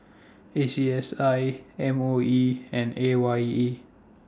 A C S I M O E and A Y E